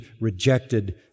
rejected